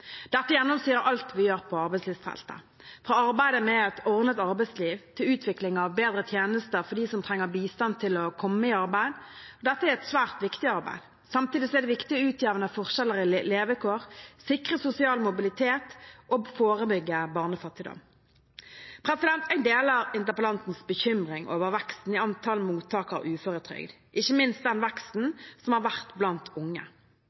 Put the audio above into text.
Dette gjennomsyrer alt vi gjør på arbeidslivsfeltet – fra arbeidet med et ordnet arbeidsliv til utvikling av bedre tjenester for de som trenger bistand til å komme i arbeid. Dette er et svært viktig arbeid. Samtidig er det viktig å utjevne forskjeller i levekår, sikre sosial mobilitet og forebygge barnefattigdom. Jeg deler interpellantens bekymring over veksten i antall mottakere av uføretrygd, ikke minst den veksten som har vært blant unge.